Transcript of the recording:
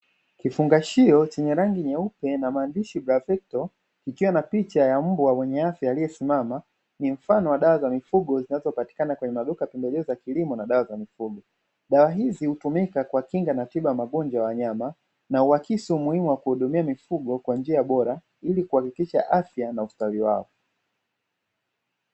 Kifungashio chenye rangi nyeupe na maandishi "BRAVECTO" ikiwa na picha ya mbwa mwenye afya aliyesimama, ni mfano wa dawa za mifugo zinazopatikana kwenye maduka ya pembejeo za kilimo na dawa za mifugo. Dawa hizi hutumika kwa kinga na tiba ya magonjwa ya wanyama na huakisi umuhimu wa kuhudumia mifugo kwa njia bora ili kuhakikisha afya na ustawi wao.